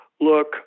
look